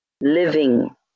living